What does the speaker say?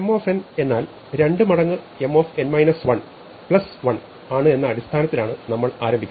M എന്നാൽ 2 മടങ്ങ് M 1 ആണ് എന്ന അടിസ്ഥാനത്തിലാണ് നമ്മൾ ആരംഭിക്കുന്നത്